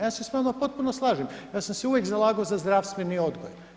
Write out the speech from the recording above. Ja se s vama potpuno slažem, ja sam se uvijek zalagao za zdravstveni odgoj.